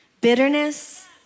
bitterness